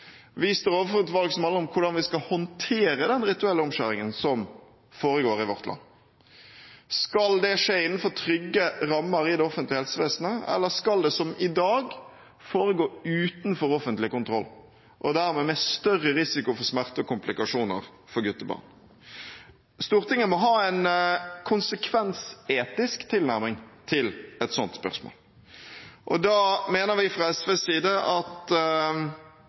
Vi står overfor et valg som handler om hvordan vi skal håndtere den rituelle omskjæringen som foregår i vårt land. Skal det skje innenfor trygge rammer i det offentlige helsevesenet, eller skal det, som i dag, foregå utenfor offentlig kontroll og dermed med større risiko for smerte og komplikasjoner for guttebarn? Stortinget må ha en konsekvensetisk tilnærming til et sånt spørsmål. Da mener vi fra SVs side at